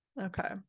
Okay